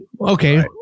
okay